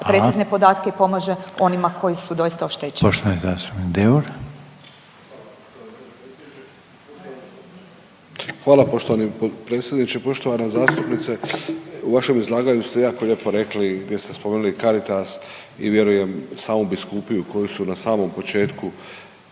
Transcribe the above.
Hvala./…podatke i pomaže onima koji su doista oštećeni.